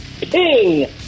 Ping